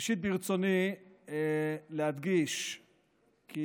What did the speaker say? ראשית ברצוני להדגיש כי